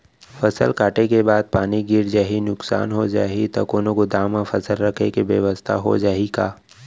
फसल कटे के बाद पानी गिर जाही, नुकसान हो जाही त कोनो गोदाम म फसल रखे के बेवस्था हो जाही का?